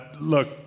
look